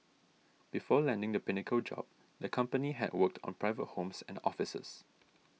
before landing the Pinnacle job the company had worked on private homes and offices